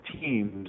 teams